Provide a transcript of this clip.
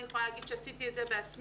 אני יכולה להגיד שעשיתי את זה בעצמי,